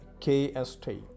KST